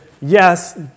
yes